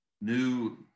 new